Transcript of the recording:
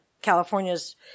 California's